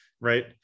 Right